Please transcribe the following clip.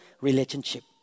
relationship